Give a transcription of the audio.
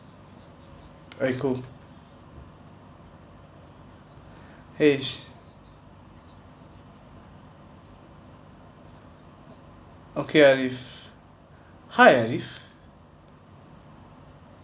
alright cool H okay arif hi arif